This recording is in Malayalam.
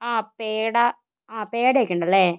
ആ പേട ആ പേട ഒക്കെ ഉണ്ടല്ലേ